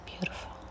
beautiful